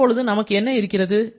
இப்போது நமக்கு என்ன இருக்கிறது